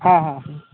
হ্যাঁ হ্যাঁ হ্যাঁ